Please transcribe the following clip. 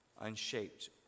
unshaped